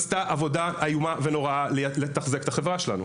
שעשתה עבודה איומה ונוראה בלתחזק את החברה שלנו.